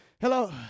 Hello